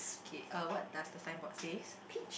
okay uh what does the signboard says